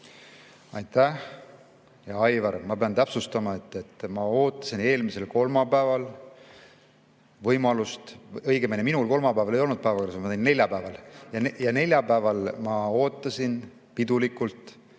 Aitäh! Hea Aivar! Ma pean täpsustama, et ma ootasin eelmisel kolmapäeval võimalust. Õigemini minul kolmapäeval ei olnud [ettekannet] päevakorras, ma tulin neljapäeval. Neljapäeval ma ootasin pidulikult